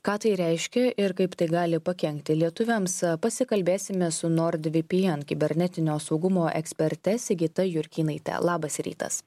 ką tai reiškia ir kaip tai gali pakenkti lietuviams pasikalbėsime su nord vpn kibernetinio saugumo eksperte sigita jurkynaite labas rytas